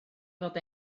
fod